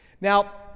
Now